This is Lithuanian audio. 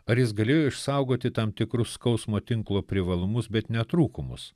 ar jis galėjo išsaugoti tam tikrus skausmo tinklo privalumus bet ne trūkumus